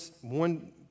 one